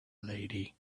lady